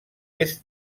est